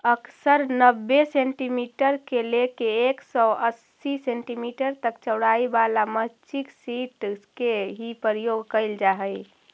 अक्सर नब्बे सेंटीमीटर से लेके एक सौ अस्सी सेंटीमीटर तक चौड़ाई वाला मल्चिंग सीट के ही प्रयोग कैल जा हई